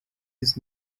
his